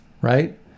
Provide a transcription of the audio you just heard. right